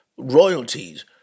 royalties